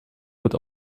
wird